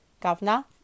governor